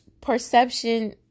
Perception